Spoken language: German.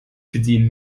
bedienen